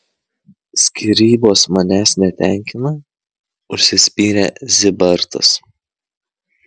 skyrybos manęs netenkina užsispyrė zybartas